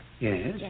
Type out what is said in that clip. Yes